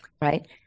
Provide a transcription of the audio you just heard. right